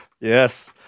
Yes